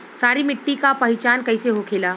सारी मिट्टी का पहचान कैसे होखेला?